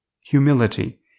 humility